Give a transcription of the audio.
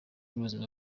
ubuzima